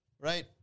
right